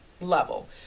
level